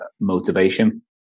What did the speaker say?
motivation